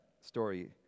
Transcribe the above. story